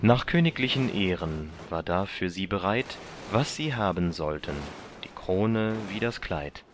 nach königlichen ehren war da für sie bereit was sie haben sollten die krone wie das kleid